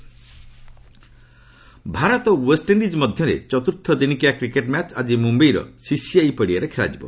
cricket Bharat ଓ ୱେଷ୍ଟ୍ରଣ୍ଣିକ୍ ମଧ୍ୟରେ ଚତୁର୍ଥ ଦିନିକିଆ କ୍ରିକେଟ୍ ମ୍ୟାଚ୍ ଆଜି ମୁମ୍ୟାଇର ସିସିଆଇ ପଡ଼ିଆରେ ଖେଳାଯିବ